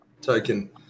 taken –